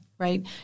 right